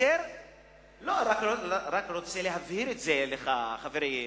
אני רק רוצה להבהיר את זה, חברי מטלון.